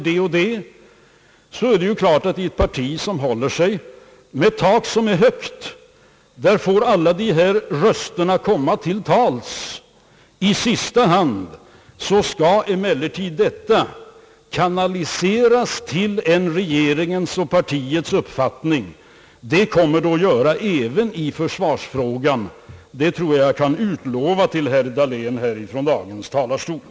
Det är klart att i ett parti, som håller sig med ett tak som är högt, får alla dessa röster komma till tals; i sista hand skall dock detta kanaliseras till en regeringens och partiets uppfattning. Så kommer att ske även i försvarsfrågan — det tror jag mig kunna lova herr Dahlén från denna talarstol.